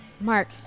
Mark